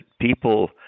people